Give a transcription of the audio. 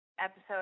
episode